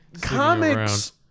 Comics